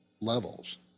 levels